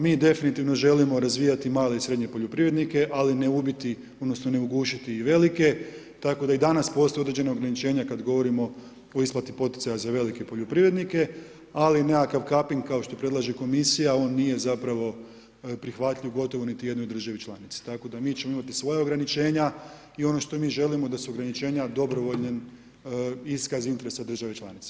Mi definitivno želimo razvijati male i srednje poljoprivrednike, ali ne ubiti odnosno ne ugušiti i velike, tako da i danas postoje određena ograničenja kad govorimo o isplati poticaja za velike poljoprivrednike, ali nekakav caping kao što predlaže Komisija, on nije zapravo prihvatljiv gotovo niti jednoj državi članici, tako da mi ćemo imati svoja ograničenja i ono što mi želimo da su ograničenja dobrovoljan iskaz interesa države članice.